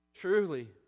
Truly